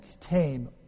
tame